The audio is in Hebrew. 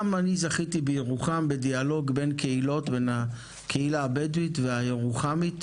גם אני זכיתי בירוחם בקיום דיאלוג בין הקהילה הבדואית והירוחמית,